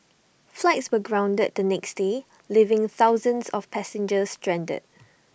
flights were grounded the next day leaving thousands of passengers stranded